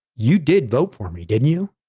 you did vote for me, didn't you?